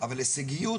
אבל הישגיות